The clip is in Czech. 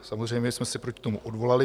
Samozřejmě jsme se proti tomu odvolali.